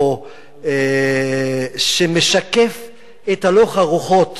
או שמשקף את הלוך הרוחות